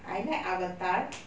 I like avatar